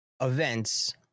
events